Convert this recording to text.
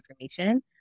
information